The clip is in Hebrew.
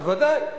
ודאי.